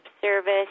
service